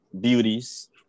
beauties